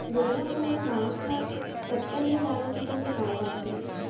दुनिया भर म बांस ह सत्तर ले जादा किसम के पाए जाथे